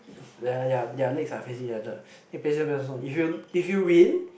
ya ya their legs are facing each other play scissors paper stone if you if you win